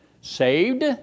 Saved